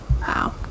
Wow